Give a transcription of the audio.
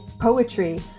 poetry